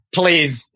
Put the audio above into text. please